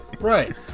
right